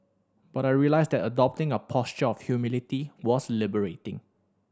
but I realised that adopting a posture of humility was liberating